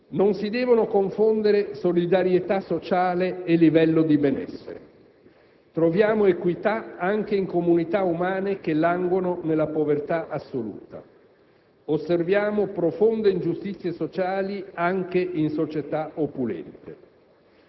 Signor Presidente, onorevoli senatori, non si devono confondere solidarietà sociale e livello di benessere: troviamo equità anche in comunità umane che languono nella povertà assoluta;